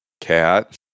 Cat